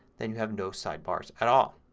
then you have no sidebars at all.